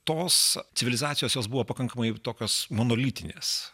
tos civilizacijos jos buvo pakankamai tokios monolitinės